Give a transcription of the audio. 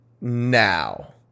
now